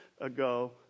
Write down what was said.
ago